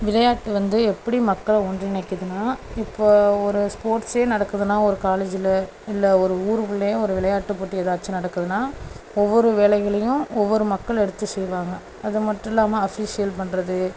விளையாட்டு வந்து எப்படி மக்களை ஒன்றிணைக்குதுன்னா இப்போ ஒரு ஸ்போர்ட்ஸே நடக்குதுன்னா ஒரு காலேஜில் இல்லை ஒரு ஊருக்குள்ளையே ஒரு விளையாட்டு போட்டி ஏதாச்சு நடக்குதுன்னா ஒவ்வொரு வேலைகளையும் ஒவ்வொரு மக்கள் எடுத்து செய்வாங்க அது மட்டும் இல்லாமல் அஃபிஷியல் பண்ணுறது